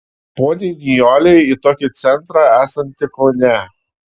poniai nijolei į tokį centrą esantį kaune